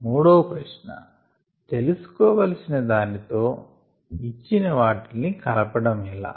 మూడవ ప్రశ్న తెలిసికోవలసిన దానితో ఇచ్చిన వాటిల్ని కలపడం ఎలా